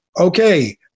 okay